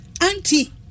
auntie